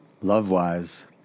Love-wise